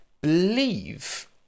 believe